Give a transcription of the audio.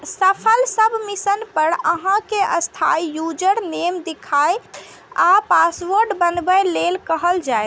सफल सबमिशन पर अहां कें अस्थायी यूजरनेम देखायत आ पासवर्ड बनबै लेल कहल जायत